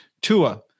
Tua